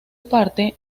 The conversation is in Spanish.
parte